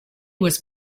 was